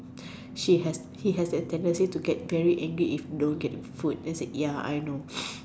she has he has the tendency to get very angry if don't get the food then I said ya I know